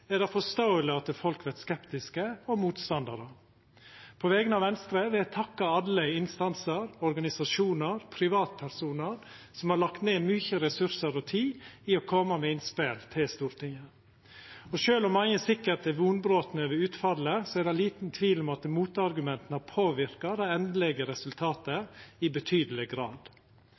er det forståeleg at folk vert skeptiske – og motstandarar. På vegner av Venstre vil eg takka alle instansar, organisasjonar og privatpersonar som har lagt ned mykje ressursar og tid i å koma med innspel til Stortinget. Og sjølv om mange sikkert er vonbrotne over utfallet, er det liten tvil om at motargumenta påverkar det endelege resultatet i betydeleg grad.